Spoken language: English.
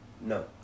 No